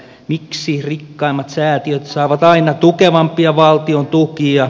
miksi rikkaimmat säätiöt saavat aina tukevampia valtion tukia